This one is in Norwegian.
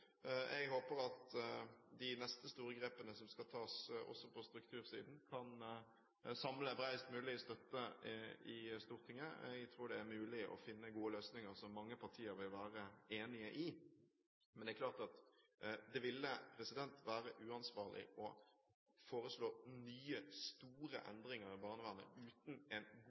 Jeg håper at de neste store grepene som skal tas også på struktursiden, kan samle en bredest mulig støtte i Stortinget. Jeg tror det er mulig å finne gode løsninger som mange partier vil være enige i. Men det er klart at det ville være uansvarlig å foreslå nye, store endringer i barnevernet uten en